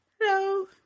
Hello